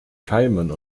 keimen